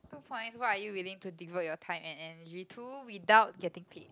two points what are you willing to devote your time and energy to without getting paid